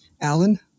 Alan